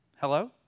Hello